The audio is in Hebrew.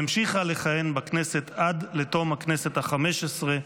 והמשיכה לכהן בכנסת עד לתום הכנסת החמש-עשרה,